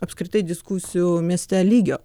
apskritai diskusijų mieste lygio